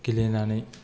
गेलेनानै